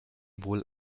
wohl